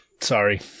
sorry